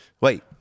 Wait